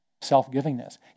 self-givingness